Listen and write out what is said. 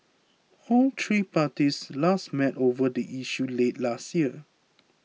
all three parties last met over the issue late last year